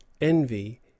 envy